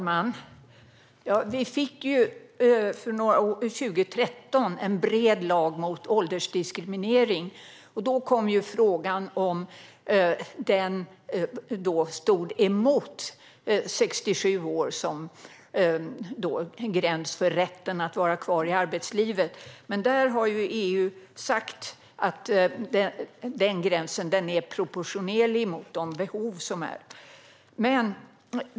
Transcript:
Fru talman! År 2013 fick vi en bred lag mot åldersdiskriminering. Då kom frågan upp om den stod emot 67 år som gräns för rätten att vara kvar i arbetslivet, men där har EU sagt att gränsen är proportionerlig mot de behov som finns.